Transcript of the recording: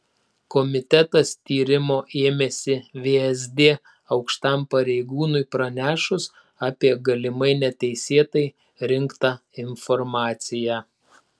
komitetas tyrimo ėmėsi vsd aukštam pareigūnui pranešus apie galimai neteisėtai rinktą informaciją